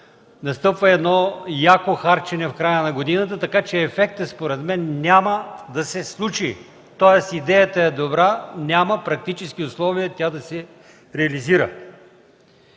настъпва едно яко харчене в края на годината, така че ефектът според няма да се случи. Тоест идеята е добра, но няма практически условия тя да се реализира.